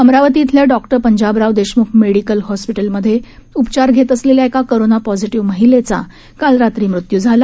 अमरावती इथल्या doctor Panjabrao Deshmukh medical हॉस्पिटलमध्ये उपचार घेत असलेल्या एका कोरोना पॉसिटीव्ह महिलेचा काल रात्री मृत्यू झाला